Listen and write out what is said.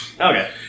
Okay